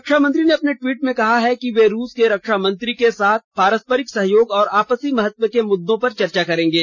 रक्षामंत्री ने अपने ट्वीट में कहा है कि वे रूस के रक्षा मंत्री के साथ पारस्प्रिक सहयोग और आपसी महत्व के मुद्दों पर चर्चा करेंगे